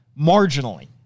Marginally